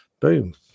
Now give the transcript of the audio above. boom